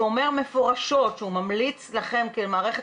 מבקר המדינה אומר מפורשות שהוא ממליץ לכם כמערכת